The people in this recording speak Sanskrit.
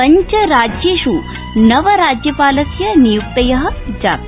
पञ्चराज्येष् नव राज्यपालस्य नियुक्तय जाता